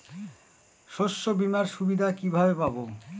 শস্যবিমার সুবিধা কিভাবে পাবো?